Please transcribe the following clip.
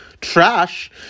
trash